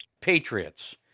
patriots